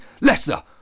Lesser